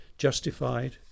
Justified